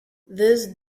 this